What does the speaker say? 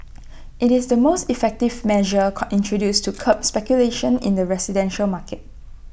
IT is the most effective measure call introduced to curb speculation in the residential market